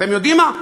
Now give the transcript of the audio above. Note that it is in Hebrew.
אתם יודעים מה?